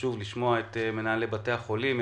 חשוב לשמוע את מנהלי בתי החולים,